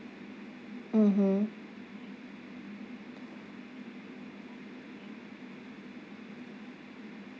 mmhmm